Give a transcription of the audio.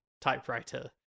typewriter